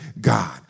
God